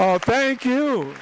oh thank you